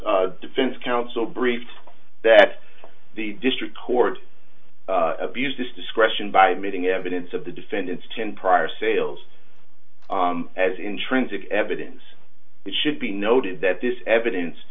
defense counsel brief that the district court abused its discretion by admitting evidence of the defendant's ten prior sales as intrinsic evidence that should be noted that this evidence